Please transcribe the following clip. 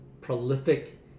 prolific